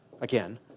again